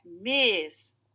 Miss